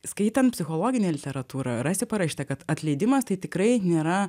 skaitant psichologinę literatūrą rasi parašyta kad atleidimas tai tikrai nėra